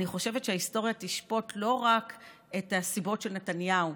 אני חושבת שההיסטוריה תשפוט לא רק את הסיבות של נתניהו,